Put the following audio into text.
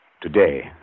Today